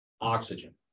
oxygen